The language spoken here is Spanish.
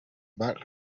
bach